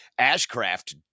Ashcraft